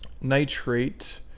nitrate